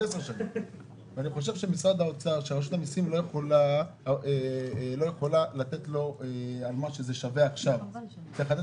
אני חושב שרשות המסים לא אמורה לתת לו את השווי הנוכחי,